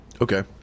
Okay